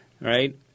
right